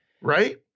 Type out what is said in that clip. Right